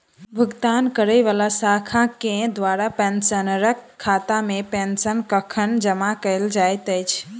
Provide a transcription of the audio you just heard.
भुगतान करै वला शाखा केँ द्वारा पेंशनरक खातामे पेंशन कखन जमा कैल जाइत अछि